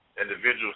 individuals